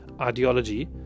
ideology